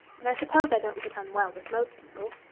and i suppose i don't get on well with most people.